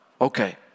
Okay